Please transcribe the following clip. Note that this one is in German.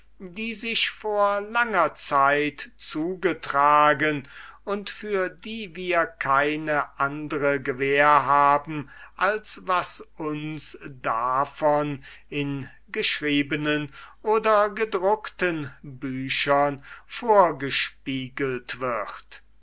die sich vor langer zeit zugetragen und für die wir keine andre gewähr haben als was uns davon in geschriebenen oder gedruckten büchern weisgemacht wird